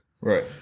Right